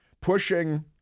pushing